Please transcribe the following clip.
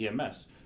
EMS